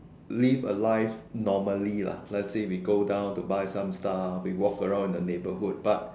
live a life normally lah let's say we go down to buy some stuff we walk around in the neighbourhood but